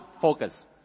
focus